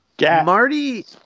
Marty